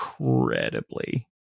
incredibly